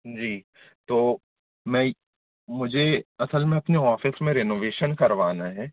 जी तो मैं मुझे असल में अपने ऑफिस में रेनोवेशन करवाना है